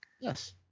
Yes